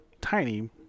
tiny